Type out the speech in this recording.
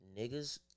niggas